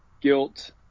guilt